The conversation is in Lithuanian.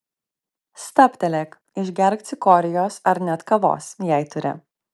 stabtelėk išgerk cikorijos ar net kavos jei turi